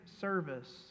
service